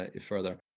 further